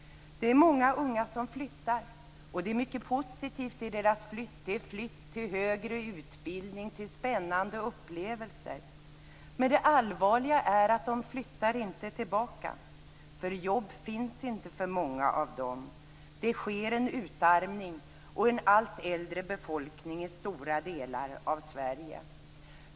Det är många unga som flyttar, och det är mycket positivt i deras flytt. Det är flytt till högre utbildning och till spännande upplevelser. Men det allvarliga är att de inte flyttar tillbaka. Jobb finns inte för många av dem. Det sker en utarmning. Vi får en allt äldre befolkning i stora delar av Sverige.